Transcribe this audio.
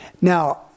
now